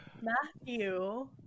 Matthew